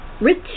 rich